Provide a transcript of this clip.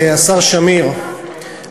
השר שמיר,